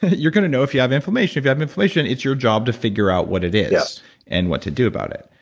you're going to know if you have inflammation, if you have an inflammation, it's your job to figure out what it is and what to do about it.